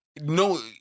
no—